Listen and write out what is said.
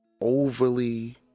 overly